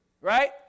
right